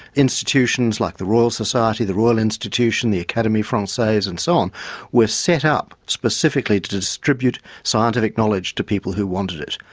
institutions like the royal society, the royal institution, the academie francaise and so on were set up specifically to distribute scientific knowledge to people who wanted it.